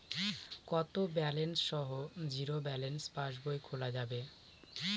কত ব্যালেন্স সহ zero balance পাসবই খোলা যাবে?